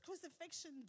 crucifixion